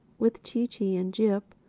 with chee-chee and jip,